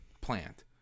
plant